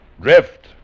Drift